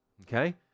okay